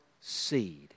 seed